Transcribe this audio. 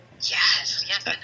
Yes